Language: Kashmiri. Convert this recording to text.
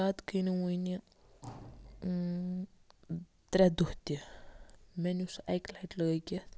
تتھ گٔیہِ نہٕ وٕنہِ ترٛےٚ دۄہ تہِ مےٚ نیو سُہ اَکہِ لَٹہِ لٲگِتھ